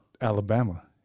Alabama